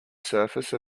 surface